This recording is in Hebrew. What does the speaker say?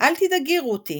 אל תדאגי רותי